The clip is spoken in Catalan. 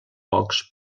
pocs